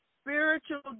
Spiritual